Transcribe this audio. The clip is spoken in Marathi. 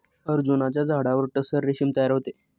अर्जुनाच्या झाडावर टसर रेशीम तयार होते